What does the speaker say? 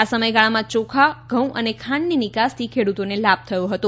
આ સમયગાળામાં ચોખા ઘઉ અને ખાંડની નિકાસથી ખેડૂતોને લાભ થયો હતો